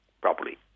properly